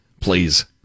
please